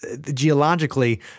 geologically